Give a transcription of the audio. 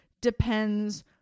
depends